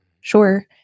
Sure